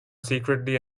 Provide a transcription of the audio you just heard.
secretly